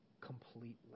completely